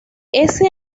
ese